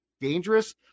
dangerous